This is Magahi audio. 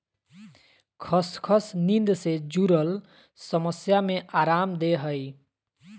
खसखस नींद से जुरल समस्या में अराम देय हइ